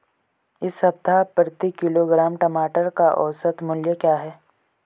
इस सप्ताह प्रति किलोग्राम टमाटर का औसत मूल्य क्या है?